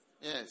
Yes